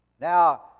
Now